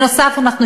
נוסף על כך,